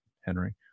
Henry